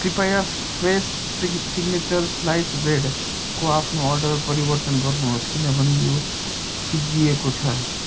कृपया फ्रेस सिग signature sliced ब्रेडको आफ्नो अर्डर परिवर्तन गर्नुहोस् किनभने यो सिद्धिएको छ